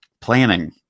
Planning